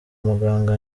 muganga